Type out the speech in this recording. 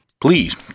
Please